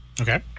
okay